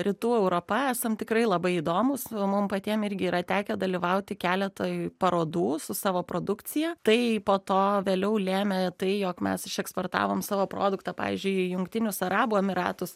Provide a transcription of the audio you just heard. rytų europa esam tikrai labai įdomūs mum patiem irgi yra tekę dalyvauti keletoj parodų su savo produkcija tai po to vėliau lėmė tai jog mes išeksportavom savo produktą pavyzdžiui į jungtinius arabų emyratus